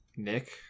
nick